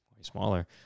smaller